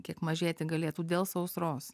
kiek mažėti galėtų dėl sausros